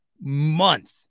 month